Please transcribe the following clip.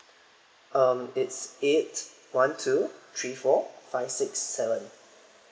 um is eight one two three four five six seven